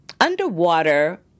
Underwater